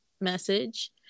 message